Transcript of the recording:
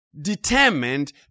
determined